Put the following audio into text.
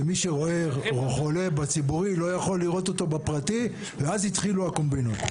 שמי שרואה חולה בציבורי לא יכול לראות אותו בפרטי ואז התחילו הקומבינות.